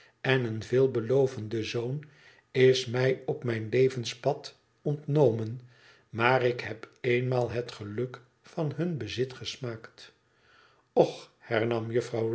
en een veel belovenden zoon is mij op mijn levenspad ontnomen maar ik heb eenmaal het geluk van hun bezit gesmaakt och hernam juffrouw